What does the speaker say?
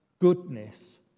goodness